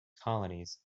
colonies